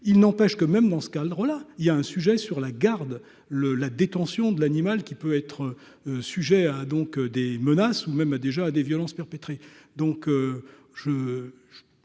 il n'empêche que même dans ce cas, le rôle là il y a un sujet sur la garde le la détention de l'animal qui peut être sujet à hein, donc des menaces ou même à déjà à des violences perpétrées,